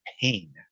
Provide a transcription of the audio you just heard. pain